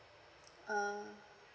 uh